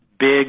big